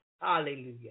Hallelujah